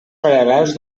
paral·lels